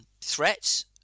threats